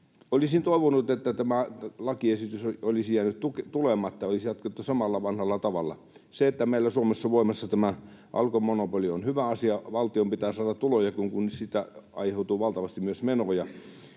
Olisin toivonut, että tämä lakiesitys olisi jäänyt tulematta, oltaisiin jatkettu samalla vanhalla tavalla. Se, että meillä Suomessa on voimassa tämä Alkon monopoli, on hyvä asia. Valtion pitää saada tuloja, kun siitä aiheutuu valtavasti myös menoja.